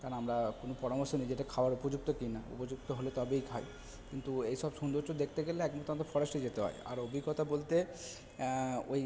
কারণ আমরা কোনো পরামর্শ নিই যে এটা খাবার উপযুক্ত কিনা উপযুক্ত হলে তবেই খাই কিন্তু এই সব সৌন্দর্য দেখতে গেলে একমাত্র আমাদের ফরেস্টে যেতে হয় আর অভিজ্ঞতা বলতে ওই